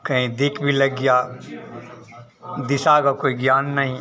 कहीं देख भी लग गया दिशा का कोई ज्ञान नहीं